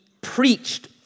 preached